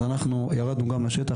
אז אנחנו ירדנו גם לשטח,